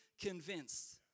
convinced